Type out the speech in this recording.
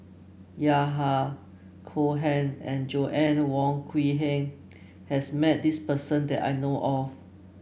Yahya Cohen and Joanna Wong Quee Heng has met this person that I know of